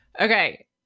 Okay